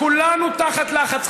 כולנו תחת לחץ,